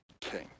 king